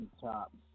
Top